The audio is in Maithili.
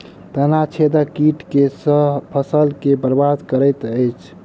तना छेदक कीट केँ सँ फसल केँ बरबाद करैत अछि?